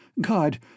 God